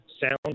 sound